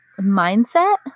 mindset